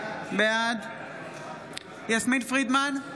בעד יסמין פרידמן,